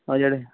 ਆਹ ਜਿਹੜੇ